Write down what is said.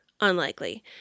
unlikely